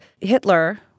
Hitler